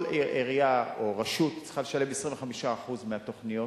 שכל עירייה או רשות צריכה לשלם 25% מהתוכניות.